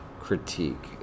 critique